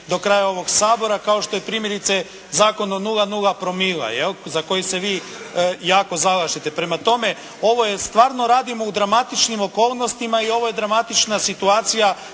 do kraja ovog Sabora, kao što je primjerice Zakon o 0,0 promila za koji se vi jako zalažete. Prema tome, ovo stvarno radimo u dramatičnim okolnostima i ovo je dramatična situacija